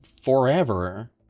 forever